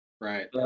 right